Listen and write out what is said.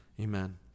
Amen